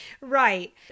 Right